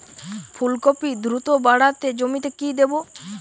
ফুলকপি দ্রুত বাড়াতে জমিতে কি দেবো?